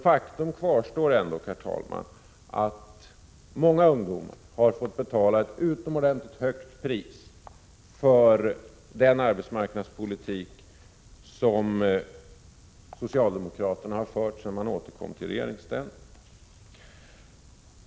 Faktum kvarstår ändå, herr talman, nämligen att många ungdomar har fått betala ett utomordentligt högt pris för den arbetsmarknadspolitik som socialdemokraterna har fört sedan de återkom i regeringsställning.